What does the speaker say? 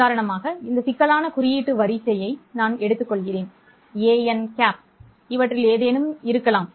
உதாரணமாக இந்த சிக்கலான குறியீட்டு வரிசையை நான் கருதுவேன் ãn இவற்றில் ஏதேனும் இருக்கலாம்